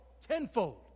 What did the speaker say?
tenfold